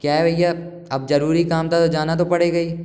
क्या है भैया अब जरूरी काम था तो जाना तो पड़ेगा ही